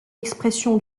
expression